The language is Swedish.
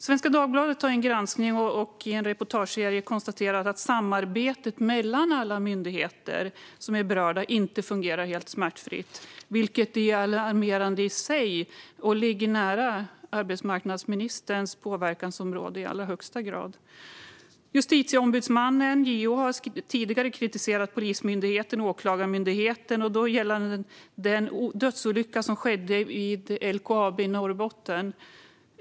Svenska Dagbladet har i en granskning och reportageserie konstaterat att samarbetet mellan berörda myndigheter inte fungerar helt smärtfritt, vilket är alarmerande i sig och ligger nära arbetsmarknadsministerns påverkansområde i allra högsta grad. Justitieombudsmannen, JO, har tidigare kritiserat Polismyndigheten och Åklagarmyndigheten gällande den dödsolycka som skedde vid LKAB i Norrbotten.